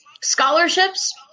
scholarships